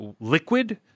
liquid